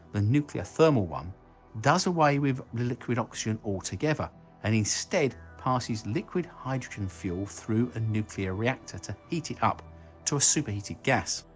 the nuclear thermal one does away with the liquid oxygen altogether and instead passes liquid hydrogen fuel through a nuclear reactor to heat it up to a superheated gas,